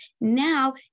Now